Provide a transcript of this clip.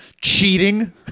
cheating